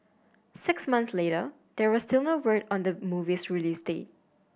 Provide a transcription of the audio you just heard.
six months later there was still no word on the movie's release date